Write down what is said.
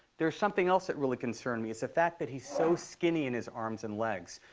there's something else that really concerned me. it's the fact that he's so skinny in his arms and legs.